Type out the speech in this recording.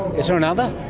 is there another?